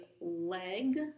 leg